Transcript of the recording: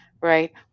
right